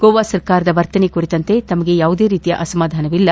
ಗೋವಾ ಸರ್ಕಾರದ ವರ್ತನೆ ಕುರಿತಂತೆ ತಮಗೆ ಯಾವುದೇ ರೀತಿಯ ಅಸಮಾಧಾನವಿಲ್ಲ